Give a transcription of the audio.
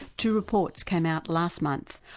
two reports came out last month,